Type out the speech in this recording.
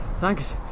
Thanks